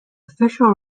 official